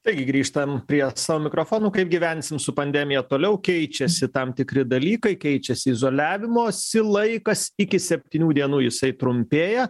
taigi grįžtam prie savo mikrofonų kaip gyvensim su pandemija toliau keičiasi tam tikri dalykai keičiasi izoliavimosi laikas iki septynių dienų jisai trumpėja